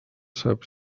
sap